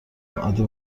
عادی